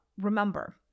Remember